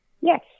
Yes